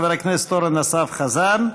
חבר הכנסת אורן אסף חזן,